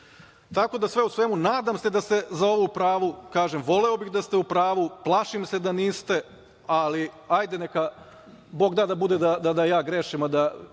čuti. Tako da, sve u svemu, nadam se da ste za ovo u pravu. Kažem, voleo bih da ste u pravu. Plašim se da niste, ali ajde da neka Bog da da bude da ja grešim, a da